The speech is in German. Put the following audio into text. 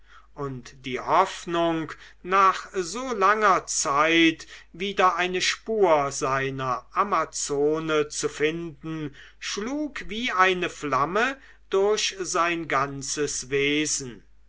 und die hoffnung nach so langer zeit wieder eine spur seiner amazone zu finden schlug wie eine flamme durch sein ganzes wesen